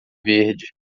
verde